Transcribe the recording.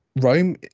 rome